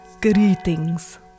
Greetings